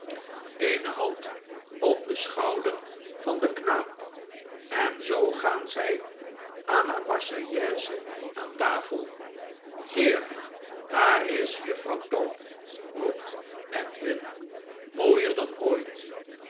eene hand op den schouder van den knaap en zoo gaan ze la marseillaise aan tafel heer daar isjuffrouw tope roept edwin mooier dan ooit